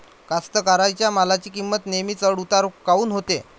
कास्तकाराइच्या मालाची किंमत नेहमी चढ उतार काऊन होते?